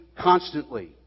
constantly